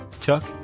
Chuck